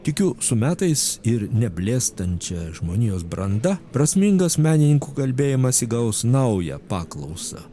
tikiu su metais ir neblėstančia žmonijos branda prasmingas menininkų kalbėjimas įgaus naują paklausą